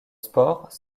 sports